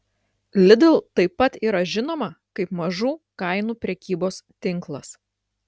lidl taip pat yra žinoma kaip mažų kainų prekybos tinklas